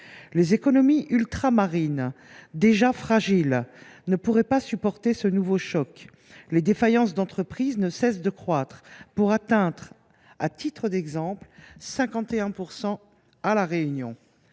Les économies ultramarines, déjà fragiles, ne pourraient pas supporter ce nouveau choc. Les défaillances d’entreprises ne cessent de croître : à titre d’exemple, elles ont